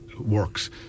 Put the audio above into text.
works